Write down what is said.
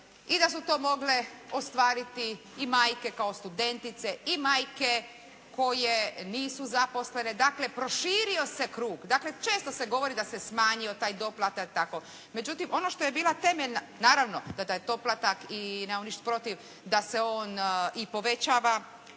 i da su to mogle ostvariti i majke kao studentice i majke koje nisu zaposlene. Dakle, proširio se krug. Dakle, često se govori da se smanjio taj doplatak i tako. Međutim, ono što je bila temeljna, naravno da taj doplatak i nemam ništa protiv da se on i povećava.